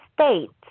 states